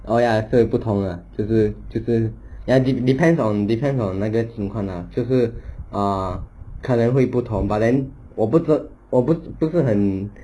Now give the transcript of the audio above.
oh ya 对不同的这个这个 ya it depends on depends on 那个情况 ah 就是 err 可能会不同 but then 我不特我不不是很